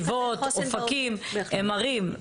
נתיבות, אופקים, הן ערים.